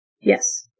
Yes